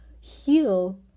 heal